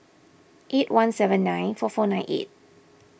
eight one seven nine four four nine eight